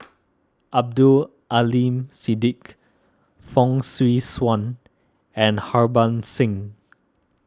Abdul Aleem Siddique Fong Swee Suan and Harbans Singh